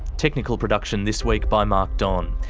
technical production this week by mark don,